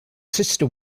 sister